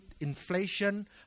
inflation